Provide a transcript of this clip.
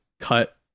cut